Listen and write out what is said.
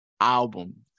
album